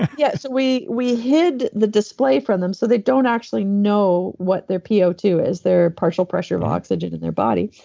yeah. so, we we hid the display from them, so they don't actually know what their p o two is, their partial pressure of oxygen in their body.